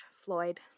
Floyd